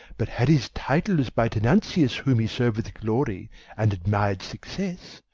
but had his titles by tenantius, whom he serv'd with glory and admir'd success,